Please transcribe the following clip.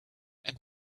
and